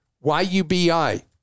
Y-U-B-I